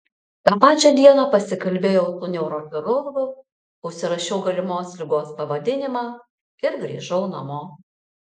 tą pačią dieną pasikalbėjau su neurochirurgu užsirašiau galimos ligos pavadinimą ir grįžau namo